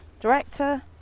director